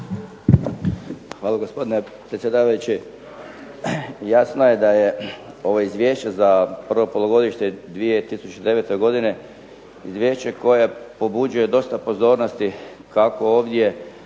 Hvala gospodine predsjedavajući. Jasno je da je ovo izvješće za prvo polugodište 2009. godine izvješće koje pobuđuje dosta pozornosti, kako ovdje